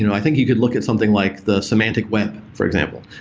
you know i think you could look at something like the semantic web, for example.